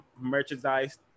merchandise